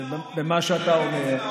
במה שאתה אומר.